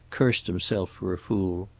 cursed himself for a fool.